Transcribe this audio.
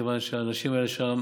מכיוון שהאנשים האלה שם